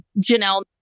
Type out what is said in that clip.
Janelle